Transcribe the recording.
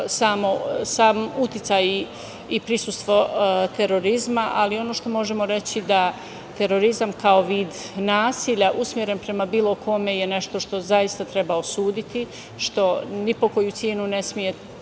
sam uticaj i prisustvo terorizma, ali ono što možemo reči je da terorizam kao vid nasilja usmeren prema bilo kome je nešto što zaista treba osuditi, što ni po koju cenu ne sme biti